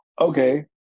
Okay